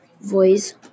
voice